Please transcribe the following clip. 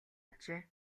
ажээ